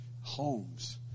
Homes